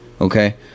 Okay